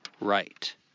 right